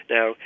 Now